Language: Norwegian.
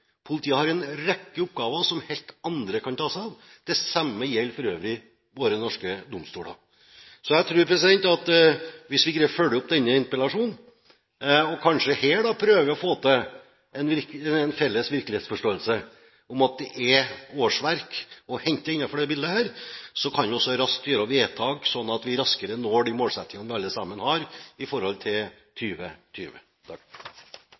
politiet har en rekke oppgaver som helt andre kan ta seg av. Det samme gjelder for øvrig våre norske domstoler. Så jeg tror at hvis vi greier å følge opp denne interpellasjonen, og kanskje her prøver å få til en felles virkelighetsforståelse av at det er årsverk å hente innenfor det bildet, kan vi også raskt gjøre vedtak, slik at vi raskere når den målsettingen vi alle sammen har i forhold til